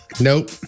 Nope